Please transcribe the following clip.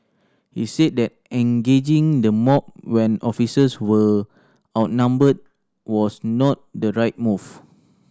he said that engaging the mob when officers were outnumbered was not the right move